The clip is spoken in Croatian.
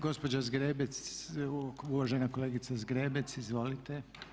Gospođa Zgrebec, uvažena kolegice Zgrebec, izvolite.